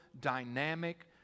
dynamic